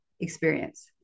experience